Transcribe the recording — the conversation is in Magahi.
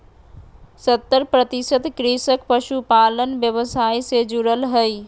सत्तर प्रतिशत कृषक पशुपालन व्यवसाय से जुरल हइ